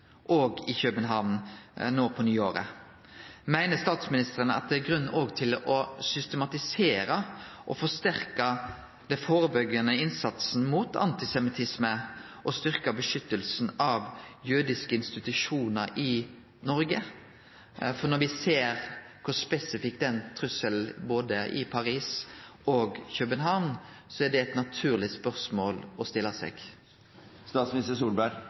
og i København no på nyåret. Meiner statsministeren at det er grunn til å systematisere og forsterke den førebyggjande innsatsen mot antisemittisme og styrkje beskyttelsen av jødiske institusjonar i Noreg? Når vi ser kor spesifikk trusselen var både i Paris og i København, er det eit naturleg spørsmål å